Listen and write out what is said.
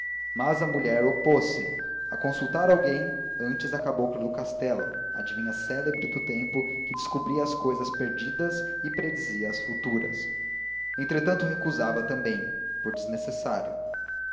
mas a mulher opôs-se a consultar alguém antes a cabocla do castelo a adivinha célebre do tempo que descobria as cousas perdidas e predizia as futuras entretanto recusava também por desnecessário